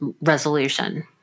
resolution